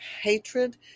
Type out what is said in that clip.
hatred